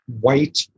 white